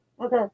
Okay